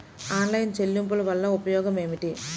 Online చెల్లింపుల వల్ల ఉపయోగమేమిటీ?